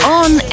on